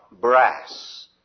brass